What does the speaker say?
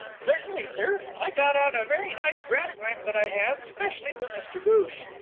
certainly, sir. i got out a very nice brass lamp that i have specially for mr ghoosh.